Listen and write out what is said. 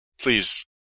Please